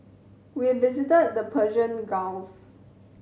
we visited the Persian Gulf